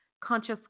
conscious